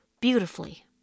beautifully